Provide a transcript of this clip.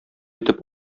итеп